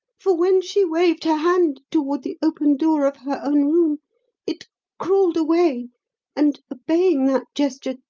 for when she waved her hand toward the open door of her own room it crawled away and, obeying that gesture,